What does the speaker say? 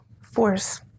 force